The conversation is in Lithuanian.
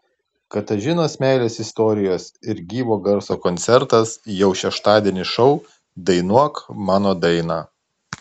katažinos meilės istorijos ir gyvo garso koncertas jau šeštadienį šou dainuok mano dainą